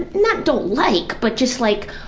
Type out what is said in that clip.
and not, don't like, but just like,